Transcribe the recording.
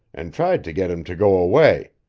and tried to get him to go away,